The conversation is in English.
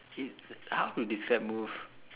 it how to describe move